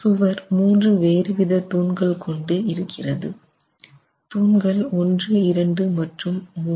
சுவர் 3 வேறுவித தூண்கள் கொண்டு இருக்கிறது தூண்கள் 12 மற்றும் 3